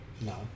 No